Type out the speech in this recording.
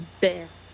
best